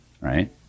Right